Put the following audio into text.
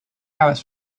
hours